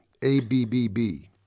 ABBB